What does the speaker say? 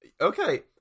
okay